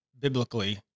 biblically